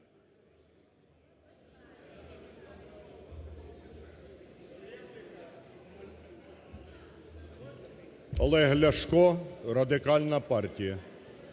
Олег Ляшко, Радикальна партія.